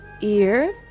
ear